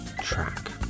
track